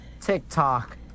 TikTok